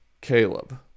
Caleb